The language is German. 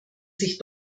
sich